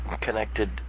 connected